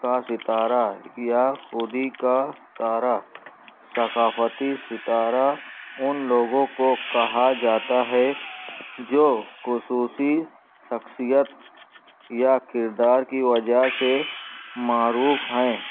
کا ستارا یا خودی کا تارا ثقافتی ستارا ان لوگوں کو کہا جاتا ہے جو خصوصی شخصیت یا کردار کی وجہ سے معروف ہیں